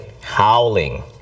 Howling